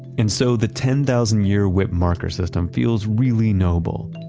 and so the ten thousand year wipp marker system feels really noble.